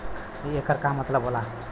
येकर का मतलब होला?